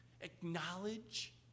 acknowledge